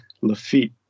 Lafitte